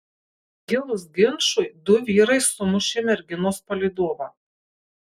kilus ginčui du vyrai sumušė merginos palydovą